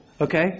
okay